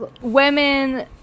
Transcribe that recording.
women